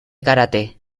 kárate